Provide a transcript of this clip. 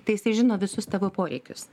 tai jisai žino visus tavo poreikius